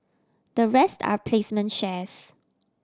the rest are placement shares